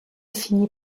finit